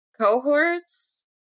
cohorts